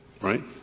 right